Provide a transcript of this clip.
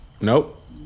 Nope